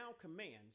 commands